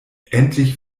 endlich